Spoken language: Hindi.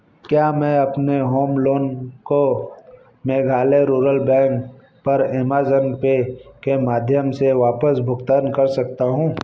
क्या मैं अपने होम लोन को मेघालय रूरल बैंक पर अमेज़न पे के माध्यम से वापस भुगतान कर सकता हूँ